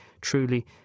truly